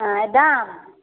अँए दाम